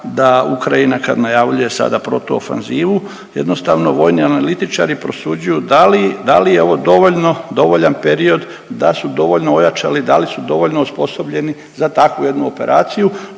da Ukrajina, kad najavljuje sada protuofanzivu, jednostavno, vojni analitičari prosuđuju da li je ovo dovoljan period, da su dovoljno ojačali, da li su dovoljno osposobljeni za takvu jednu operaciju